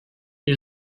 new